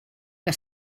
que